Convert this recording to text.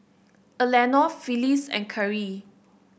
Elenore Phillis and Kerrie